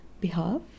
Behalf